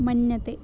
मन्यते